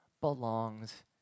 belongs